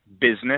business